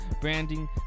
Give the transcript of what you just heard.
branding